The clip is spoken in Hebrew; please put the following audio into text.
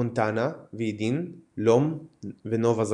מונטנה, וידין, לום ונובה זאגורה.